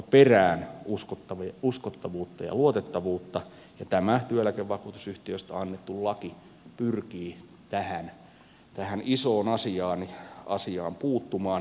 mutta perään uskottavuutta ja luotettavuutta ja tämä työeläkevakuutusyhtiöistä annettu laki pyrkii tähän isoon asiaan puuttumaan